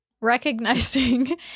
recognizing